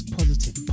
Positive